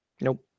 Nope